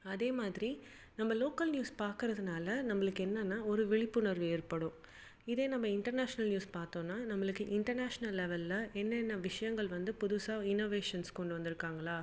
அதே மாதிரி நம்ம லோக்கல் நியூஸ் பார்க்குறதுனால நம்மளுக்கு என்னென்னா ஒரு விழிப்புணர்வு ஏற்படும் இதே நம்ம இன்டர்நேஷ்னல் நியூஸ் பார்த்தோன்னா நம்மளுக்கு இன்டர்நேஷ்னல் லெவலில் என்னென்ன விஷயங்கள் வந்து புதுசாக இனோவேஷன்ஸ் கொண்டு வந்துருக்காங்களா